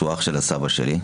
שהוא אח של הסבא שלי,